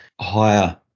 higher